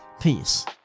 Peace